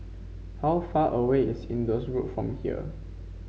how far away is Indus Road from here